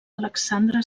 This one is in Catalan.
alexandre